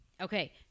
Okay